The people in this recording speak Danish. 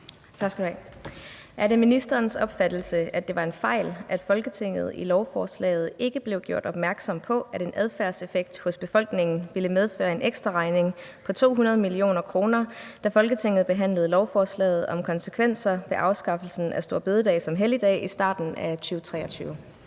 Er det ministerens opfattelse, at det var en fejl, at Folketinget i lovforslaget ikke blev gjort opmærksom på, at en adfærdseffekt hos befolkningen ville medføre en ekstraregning på 200 mio. kr., da Folketinget behandlede lovforslaget om konsekvenser ved afskaffelsen af store bededag som helligdag i starten af 2023.